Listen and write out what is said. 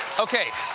okay.